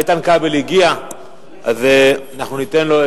איתן כבל הגיע ולכן ניתן לו.